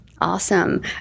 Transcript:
Awesome